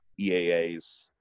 EAAs